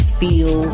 feel